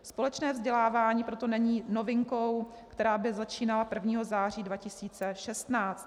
Společné vzdělávání proto není novinkou, která by začínala 1. září 2016.